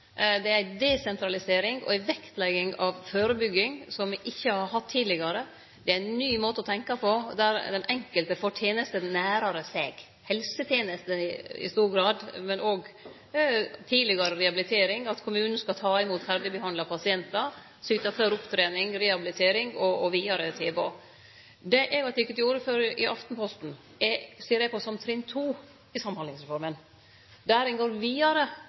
det er ei desentralisering og ei vektlegging av førebygging som me ikkje har hatt tidlegare. Det er ein ny måte å tenkje på, der den enkelte får tenester nærare seg – helsetenester i stor grad, men òg tidlegare rehabilitering ved at kommunen skal ta imot ferdigbehandla pasientar og syte for opptrening, rehabilitering og vidare tilbod. Det eg har teke til orde for i Aftenposten, ser eg på som trinn 2 i Samhandlingsreforma, der ein går vidare